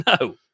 No